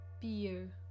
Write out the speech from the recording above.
beer